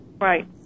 right